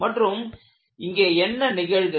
மற்றும் இங்கே என்ன நிகழ்கிறது